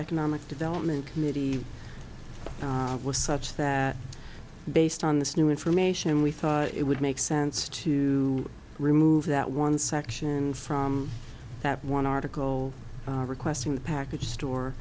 economic development committee was such that based on this new information we thought it would make sense to remove that one section from that one article requesting the package